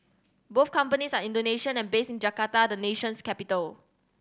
both companies are Indonesian and based in Jakarta the nation's capital